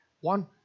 one